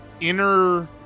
inner